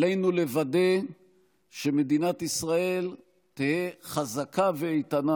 עלינו לוודא שמדינת ישראל תהיה חזקה ואיתנה